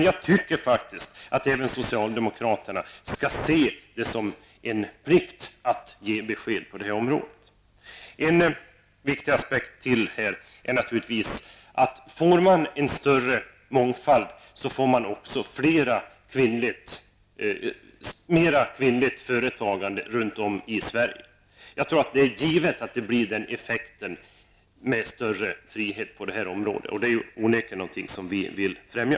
Jag tycker faktiskt att även socialdemokraterna skall se det som en plikt att ge besked. En annan viktig aspekt är att om man får en större mångfald får man också mer kvinnligt företagande i Sverige. Jag tror att man får den effekten med större frihet, vilket är något som vi vill främja.